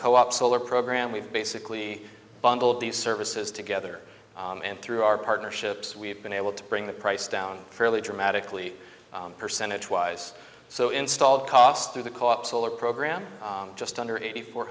co op solar program we've basically bundled these services together and through our partnerships we've been able to bring the price down fairly dramatically percentage wise so installed cost through the co op solar program just under eighty four